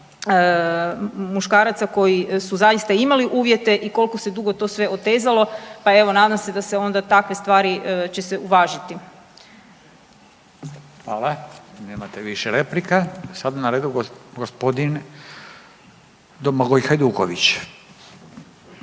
muškaraca koji su zaista imali uvjete i koliko se dugo to sve otezalo pa evo nadam se da se onda takve će se uvažiti. **Radin, Furio (Nezavisni)** Hvala, nemate više replika. Sada je na redu gospodin Domagoj Hajduković. Izvolite.